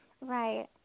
Right